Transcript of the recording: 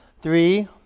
Three